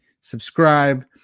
subscribe